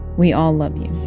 we all love you.